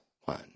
one